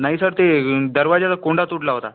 नाही सर ते दरवाजाचा कोंडा तुटला होता